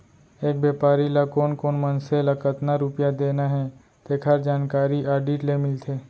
एक बेपारी ल कोन कोन मनसे ल कतना रूपिया देना हे तेखर जानकारी आडिट ले मिलथे